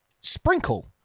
sprinkle